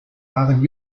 waren